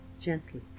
gently